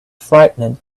frightened